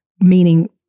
meaning